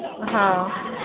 అహా